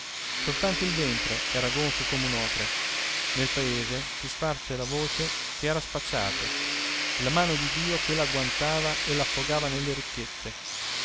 soltanto il ventre era gonfio come un otre nel paese si sparse la voce che era spacciato la mano di dio che l'agguantava e l'affogava nelle ricchezze